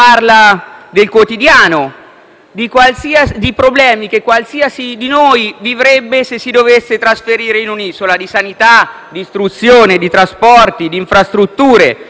di problemi che chiunque di noi vivrebbe se si dovesse trasferire in un'isola: problemi di sanità, di istruzione, di trasporti, di infrastrutture, ma anche di sociale e di sport.